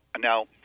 Now